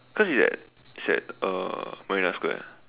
because it's at it's at uh Marina Square